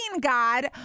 God